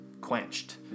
quenched